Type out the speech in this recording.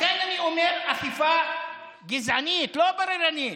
לכן אני אומר, אכיפה גזענית, לא בררנית.